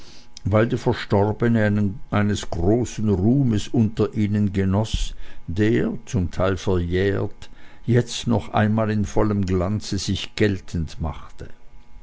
weil die verstorbene eines großen ruhmes unter ihnen genoß der zum teil verjährt jetzt noch einmal in vollem glanze sich geltend machte